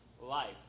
life